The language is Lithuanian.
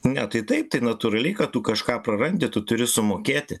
ne tai taip tai natūraliai kad tu kažką prarandi tu turi sumokėti